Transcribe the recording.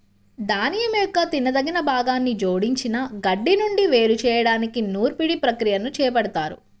ధాన్యం యొక్క తినదగిన భాగాన్ని జోడించిన గడ్డి నుండి వేరు చేయడానికి నూర్పిడి ప్రక్రియని చేపడతారు